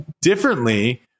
differently